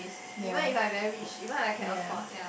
ya ya